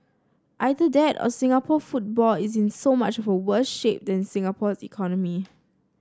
either that or Singapore football is in so much for worse shape than Singapore's economy